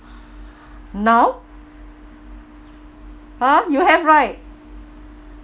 now ha you have right